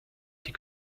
die